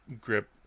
grip